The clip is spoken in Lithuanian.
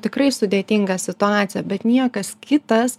tikrai sudėtinga situacija bet niekas kitas